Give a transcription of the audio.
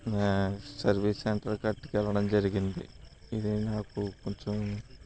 మే service సెంటర్కి పట్టుకు వెళ్ళడం జరిగింది ఇది నాకు కొంచెం